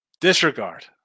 Disregard